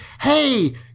hey